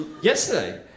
Yesterday